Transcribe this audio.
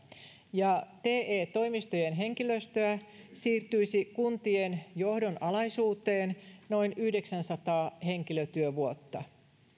ja te toimistojen henkilöstöä siirtyisi kuntien johdon alaisuuteen noin yhdeksänsataa henkilötyövuotta